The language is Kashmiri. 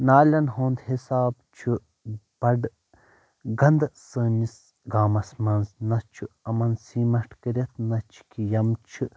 نالین ہُنٛد حِساب چھُ بڈٕ گنٛدٕ سٲنِس گامس منٛز نہَ چھُ یِمن سیٖمنٛٹ کٔرِتھ نہَ چھُکھ یِم چھِ